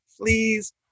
please